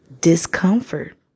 discomfort